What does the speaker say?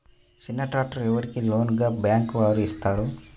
చిన్న ట్రాక్టర్ ఎవరికి లోన్గా బ్యాంక్ వారు ఇస్తారు?